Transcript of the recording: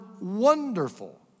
wonderful